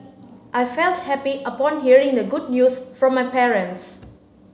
I felt happy upon hearing the good news from my parents